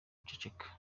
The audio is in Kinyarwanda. wiceceka